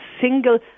single